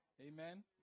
Amen